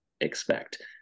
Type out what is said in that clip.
expect